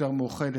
יותר מאוחדת,